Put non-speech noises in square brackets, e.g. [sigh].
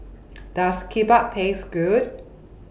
[noise] Does Kimbap Taste Good